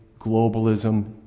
globalism